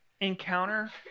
encounter